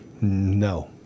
No